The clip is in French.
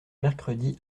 mercredi